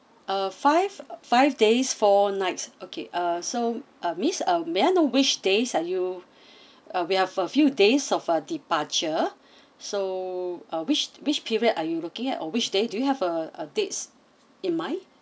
a five five days four nights okay uh so uh miss um may I know which days are you uh we have a few days of uh departure so uh which which period are you looking at or which days do you have a a dates in mine